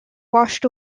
washed